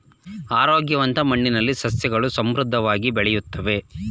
ಆರೋಗ್ಯವಂತ ಮಣ್ಣಿನಲ್ಲಿ ಸಸ್ಯಗಳು ಸಮೃದ್ಧವಾಗಿ ಬೆಳೆಯುತ್ತವೆ